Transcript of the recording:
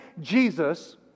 Jesus